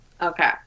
Okay